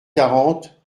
quarante